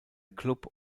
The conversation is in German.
club